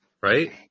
Right